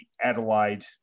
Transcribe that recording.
Adelaide